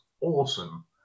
awesome